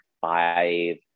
five